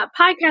Podcast